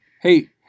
Hey